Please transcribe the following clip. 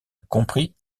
comprit